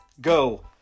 go